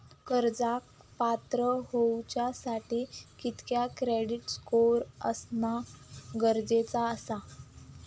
कर्जाक पात्र होवच्यासाठी कितक्या क्रेडिट स्कोअर असणा गरजेचा आसा?